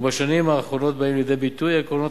ובשנים האחרונות באים לידי ביטוי עקרונות